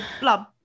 blob